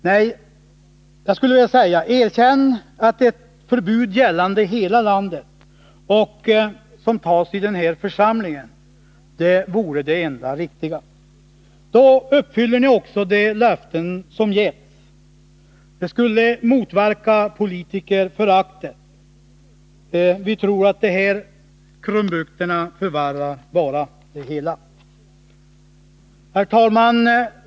Nej, erkänn att ett förbud som gäller hela landet och som beslutas iden här församlingen är det enda riktiga! Då uppfyller ni också de löften som givits. Det skulle motverka politikerföraktet. De här krumbukterna förvärrar bara det hela! Herr talman!